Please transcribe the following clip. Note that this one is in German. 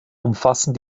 umfassen